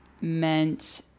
meant